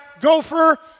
gopher